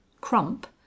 Crump